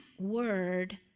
word